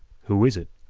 who is it?